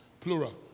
plural